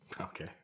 Okay